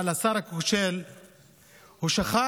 אבל השר הכושל שכח